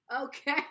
okay